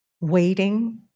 waiting